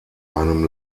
einem